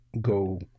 go